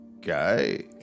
guy